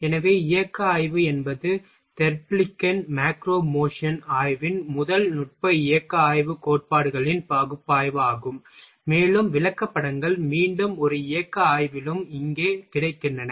எனவே இயக்க ஆய்வு என்பது தெர்ப்லிக்கின் மேக்ரோ மோஷன் ஆய்வின் முதல் நுட்ப இயக்க ஆய்வுக் கோட்பாடுகளின் பகுப்பாய்வாகும் மேலும் விளக்கப்படங்கள் மீண்டும் ஒரு இயக்க ஆய்விலும் இங்கே கிடைக்கின்றன